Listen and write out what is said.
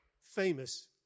famous